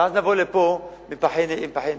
ואז נבוא לפה עם מפחי נפש.